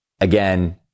again